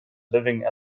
living